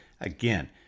again